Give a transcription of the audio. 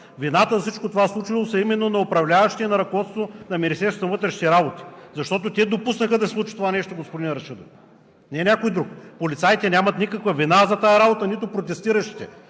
Вината за всичко случило се е именно на управляващите и на ръководството на Министерството на вътрешните работи, защото те допуснаха да се случи това нещо, господин Рашидов, не някой друг. Полицаите нямат никаква вина за тази работа, нито протестиращите,